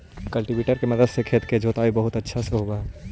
cultivator के मदद से खेत के जोताई बहुत अच्छा से होवऽ हई